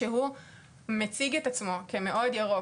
שהוא מציג את עצמו כמאוד ירוק,